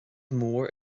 mór